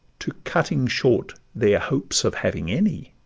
to cutting short their hopes of having any?